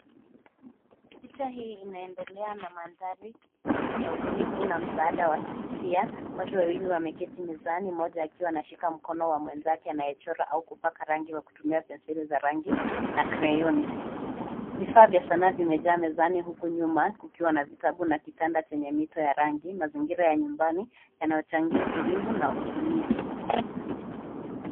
Picha hii inaendelea na mandhari ya ubunifu na msaada wa kihisia, watu wawili wameketi mezani moja akiwa anashika mkono wa mwenzake anayechora au kupaka rangi kwa kutumia penseli za rangi na kreyoni. Vifaa vya sanaa vimejaa mezani huku nyuma kukiwa na vitabu na kitanda chenye mito ya rangi mazingira ya nyumbani yanayochangia utulivu na ubunifu.